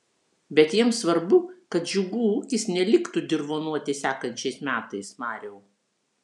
bet jiems svarbu kad džiugų ūkis neliktų dirvonuoti sekančiais metais mariau